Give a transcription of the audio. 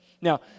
Now